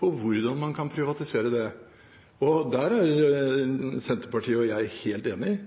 hvordan man kan privatisere det, og der er Senterpartiet og jeg helt enige.